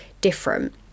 different